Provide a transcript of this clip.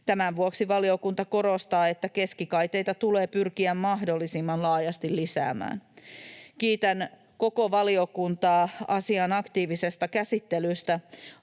Tämän vuoksi valiokunta korostaa, että keskikaiteita tulee pyrkiä mahdollisimman laajasti lisäämään. Kiitän koko valiokuntaa asian aktiivisesta käsittelystä.